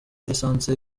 lisansi